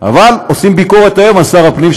אבל עושים ביקורת היום על שר הפנים,